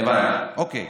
הבנתי, אוקיי.